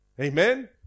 Amen